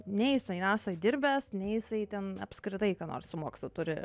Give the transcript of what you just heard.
nei jisai nasoj dirbęs nei jisai ten apskritai ką nors su mokslu turi